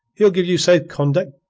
he'll give you safe conduct,